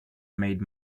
made